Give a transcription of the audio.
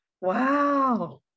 Wow